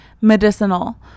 medicinal